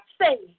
say